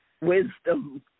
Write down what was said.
wisdom